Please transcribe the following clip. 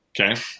okay